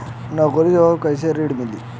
नौकरी रही त कैसे ऋण मिली?